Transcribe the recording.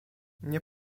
nie